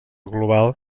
global